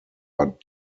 but